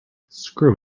screw